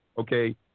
Okay